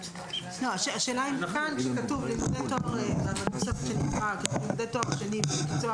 השאלה אם כאן כשכתוב בתוספת "לימודי תואר שני במקצוע